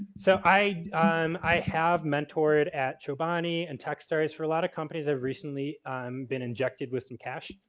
so i um i have mentored at chobani and techstars. for a lot of companies i've recently um been injected with and cash.